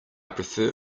prefer